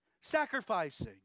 sacrificing